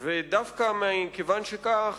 דווקא מכיוון שכך,